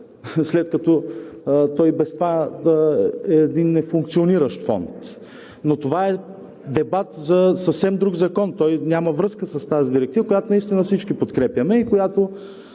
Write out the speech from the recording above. след като той и без това е един нефункциониращ фонд. Но това е дебат за съвсем друг закон. Той няма връзка с тази директива, която наистина всички подкрепяме и